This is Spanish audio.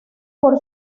por